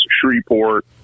Shreveport